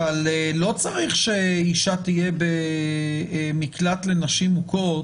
אבל לא צריך שאישה תהיה במקלט לנשים מוכות